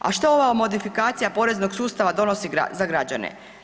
A šta ova modifikacija poreznog sustava donosi za građane?